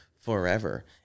forever